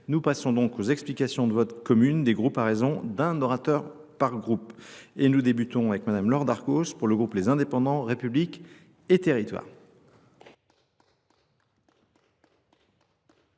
Nous passons donc aux explications de vote commune des groupes à raison d'un orateur par groupe. Nous débutons avec Mme Laura Darkos pour le groupe Les Indépendants, République et territoires.